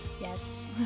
Yes